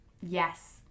yes